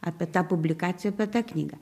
apie tą publikaciją apie tą knygą